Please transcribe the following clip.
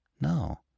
No